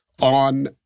on